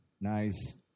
nice